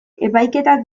epaiketak